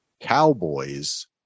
Cowboys